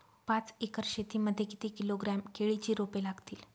पाच एकर शेती मध्ये किती किलोग्रॅम केळीची रोपे लागतील?